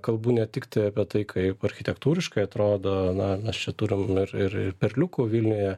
kalbu ne tik apie tai kaip architektūriškai atrodo na mes čia turim ir ir ir perliukų vilniuje